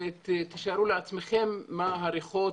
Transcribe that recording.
ותתארו לעצמכם מה הריחות